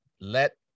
Let